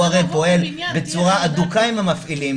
הוא הרי פועל בצורה הדוקה עם המפעילים,